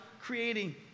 creating